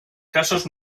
casos